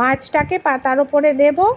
মাছটাকে পাতার ওপরে দেবো